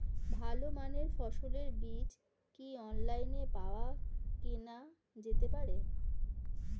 ভালো মানের ফসলের বীজ কি অনলাইনে পাওয়া কেনা যেতে পারে?